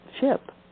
ship